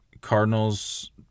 Cardinals